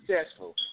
successful